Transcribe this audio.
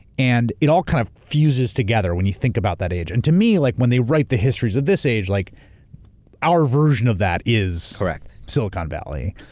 and it all kind of fuses together, when you think about that age. and to me, like when they write the histories of this age, like our version of that is silicon valley,